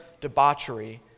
debauchery